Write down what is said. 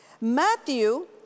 Matthew